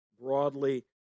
broadly